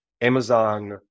Amazon